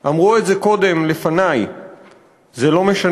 / אמרו את זה קודם לפני, / זה לא משנה,